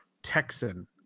Texan